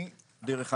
דרך אגב,